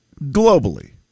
globally